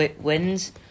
wins